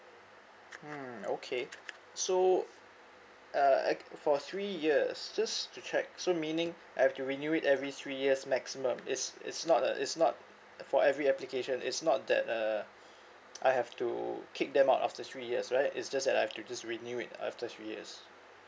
mm okay so uh act~ for three years just to check so meaning I have to renew it every three years maximum is it's not a it's not a for every application is not that uh I have to kick them out after three years right it's just that I have to just renew it after three years